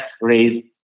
raise